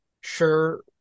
sure